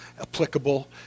applicable